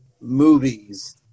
movies